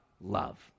love